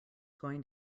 going